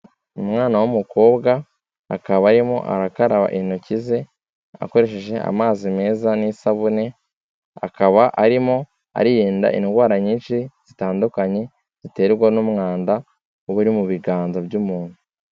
Umwana w'umukobwa akaba arimo arakaraba intoki ze, akoresheje amazi meza n'isabune, akaba arimo aririnda indwara nyinshi zitandukanye ziterwa n'umwanda, uba uri mu biganza by'umuntu.